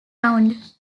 round